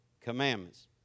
commandments